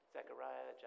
Zechariah